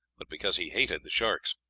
but because he hated the sharks.